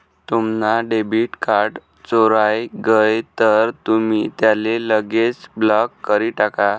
तुम्हना debit card चोराय गय तर तुमी त्याले लगेच ब्लॉक करी टाका